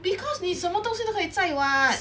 because 你什么东西都可以载 [what]